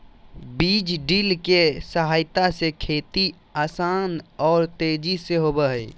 बीज ड्रिल के सहायता से खेती आसान आर तेजी से होबई हई